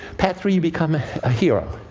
path three, you become a hero.